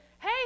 hey